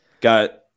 Got